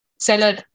seller